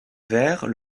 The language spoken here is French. vert